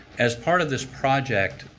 as part of this project,